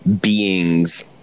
beings